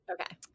Okay